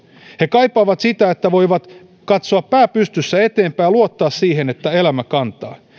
he kaipaavat sitä että voivat katsoa pää pystyssä eteenpäin ja luottaa siihen että elämä kantaa